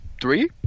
three